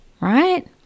right